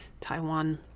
Taiwan